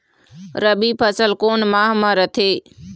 रबी फसल कोन माह म रथे?